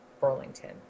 Burlington